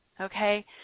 okay